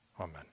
amen